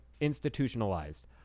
institutionalized